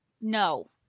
no